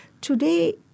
today